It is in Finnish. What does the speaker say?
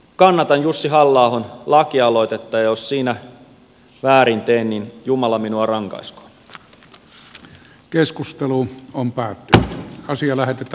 kannatan jussi halla ahon lakialoitetta ja jos siinä väärin teen niin jumala minua rangaiskoon